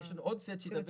יש לנו עוד סט שידבר.